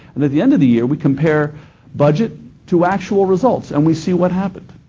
and at the end of the year, we compare budget to actual results, and we see what happened.